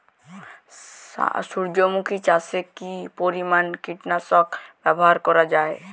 সূর্যমুখি চাষে কি পরিমান কীটনাশক ব্যবহার করা যায়?